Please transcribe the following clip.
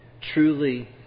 truly